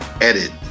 edit